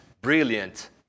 brilliant